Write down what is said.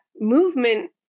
movement